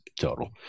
total